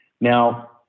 Now